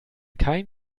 kein